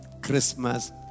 Christmas